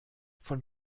von